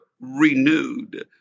renewed